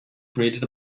created